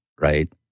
right